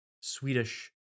Swedish